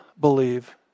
believe